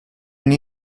and